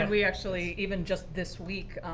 and we actually, even just this week,